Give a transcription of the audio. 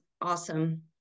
awesome